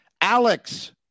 alex